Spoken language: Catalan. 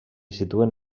situen